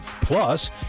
Plus